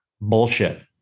Bullshit